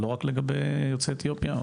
לא רק לגבי יוצאי אתיופיה.